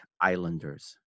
Islanders